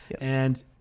and-